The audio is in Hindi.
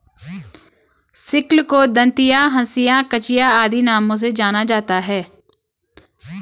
सिक्ल को दँतिया, हँसिया, कचिया आदि नामों से जाना जाता है